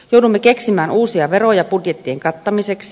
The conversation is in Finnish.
joudumme keksimään uusia veroja budjettien kattamiseksi